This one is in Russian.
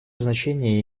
значение